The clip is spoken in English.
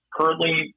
currently